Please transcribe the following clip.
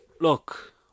look